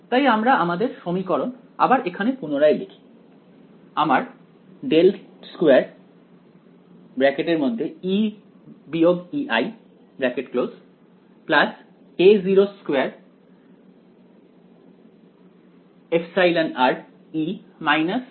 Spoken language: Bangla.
তাই আমরা আমাদের সমীকরণ আবার এখানে পুনরায় লিখি